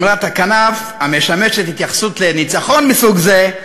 אמרת הכנף המשמשת התייחסות לניצחון מסוג זה,